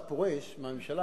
כאשר אתה פורש מהממשלה,